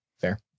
Fair